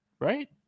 right